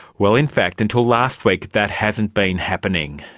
well, in fact until last week that hasn't been happening.